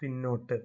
പിന്നോട്ട്